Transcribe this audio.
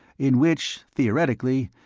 in which, theoretically,